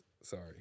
sorry